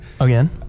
Again